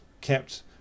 kept